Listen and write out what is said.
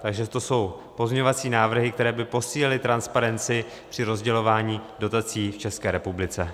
Takže to jsou pozměňovací návrhy, které by posílily transparenci při rozdělování dotací v České republice.